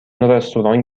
رستوران